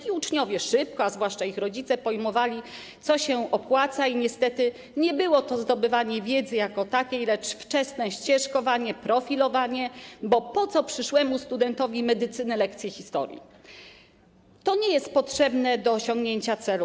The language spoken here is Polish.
I uczniowie, a zwłaszcza ich rodzice, szybko pojmowali, co się opłaca i niestety nie było to zdobywanie wiedzy jako takiej, lecz wczesne ścieżkowanie, profilowanie, bo po co przyszłemu studentowi medycyny lekcje historii, to nie jest potrzebne do osiągnięcia celu.